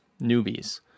newbies